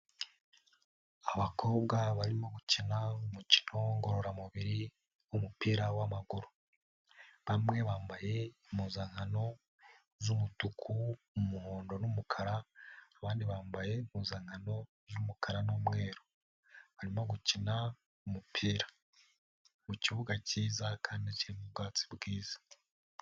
Abakobwa barimo gukina umukino ngororamubiri wumupira wamaguru, bamwe bambaye impuzankano z'umutuku, umuhondo n'unumukara, abandi bambaye impzankano y'umukara n'umweru, barimo gukina umupira mu kibuga cyiza kandi kirimo ubwatsi bwiza.